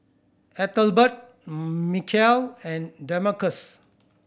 Ethelbert Michial and Damarcus